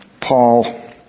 Paul